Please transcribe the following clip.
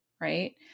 right